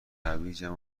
هویجم